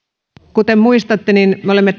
kuten muistatte olemme